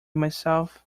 myself